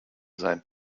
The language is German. sein